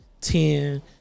ten